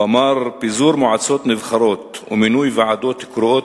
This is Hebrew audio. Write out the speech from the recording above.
הוא אמר: פיזור מועצות נבחרות ומינוי ועדות קרואות